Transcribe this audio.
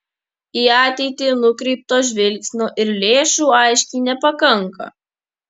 į ateitį nukreipto žvilgsnio ir lėšų aiškiai nepakanka